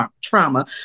trauma